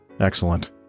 excellent